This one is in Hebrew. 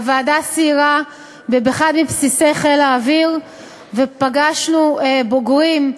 הוועדה סיירה באחד מבסיסי חיל האוויר ופגשנו בוגרים,